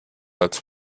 seid